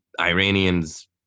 Iranians